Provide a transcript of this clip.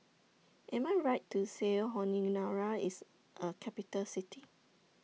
Am I Right to Say Honiara IS A Capital City